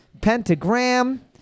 Pentagram